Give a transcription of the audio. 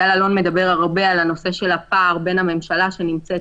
גל אלון מדבר הרבה על נושא הפער בין הממשלה שנמצאת